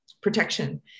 protection